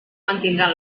mantindran